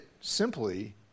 simply